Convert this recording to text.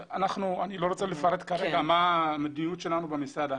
אני לא רוצה לפרט כאן מה המדיניות שלנו במשרד.